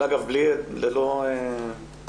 אגב ללא קשר.